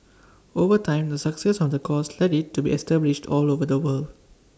over time the success of the course led IT to be established all over the world